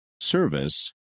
service